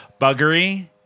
buggery